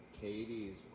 Katie's